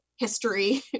history